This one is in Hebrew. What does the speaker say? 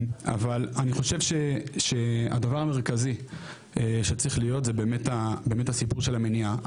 אבל אני חושב שהדבר המרכזי שצריך להיות זה באמת הסיפור של המניעה.